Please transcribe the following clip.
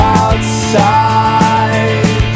outside